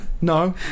No